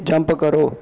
jump करो